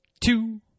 two